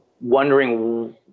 wondering